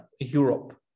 Europe